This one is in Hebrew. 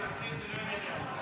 התקציב זה לא ענייני האוצר.